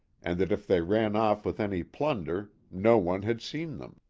and that if they ran off with any plunder no one had seen them.